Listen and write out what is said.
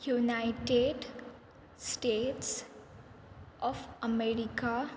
United States of America